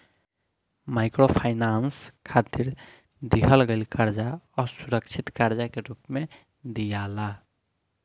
microfinance खातिर दिहल गईल कर्जा असुरक्षित कर्जा के रूप में दियाला